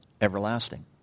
Everlasting